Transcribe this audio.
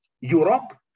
Europe